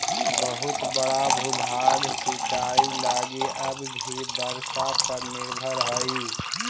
बहुत बड़ा भूभाग सिंचाई लगी अब भी वर्षा पर निर्भर हई